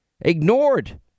ignored